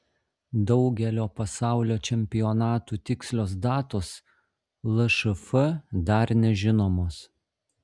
daugelio pasaulio čempionatų tikslios datos lšf dar nežinomos